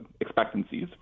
expectancies